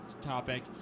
topic